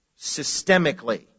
systemically